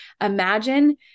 imagine